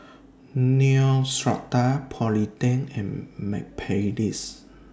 Neostrata Polident Am Mepilex